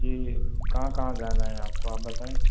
जी कहाँ कहाँ जाना है आपको आप बताऍं